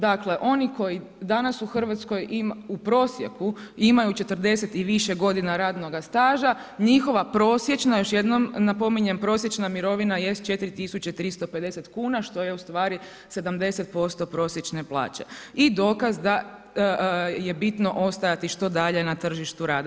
Dakle oni koji danas u Hrvatskoj, u prosjeku imaju 40 i više godina radnoga staža njihova prosječna, još jednom napominjem, prosječna mirovina jest 4350 kuna što je ustvari 70% prosječne plaće i dokaz da je bitno ostajati što dalje na tržištu rada.